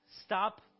Stop